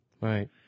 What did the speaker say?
Right